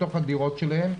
בתוך הדירות שלהם,